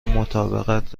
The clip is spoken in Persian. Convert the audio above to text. مطابقت